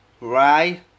right